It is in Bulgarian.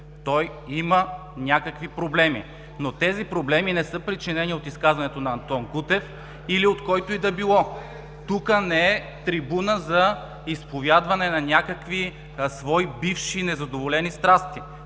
той има някакви проблеми, но тези проблеми не са причинени от изказването на Антон Кутев или от който и да било. Тук не е трибуна за изповядване на някакви свои бивши, незадоволени страсти.